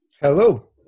Hello